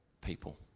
people